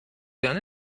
done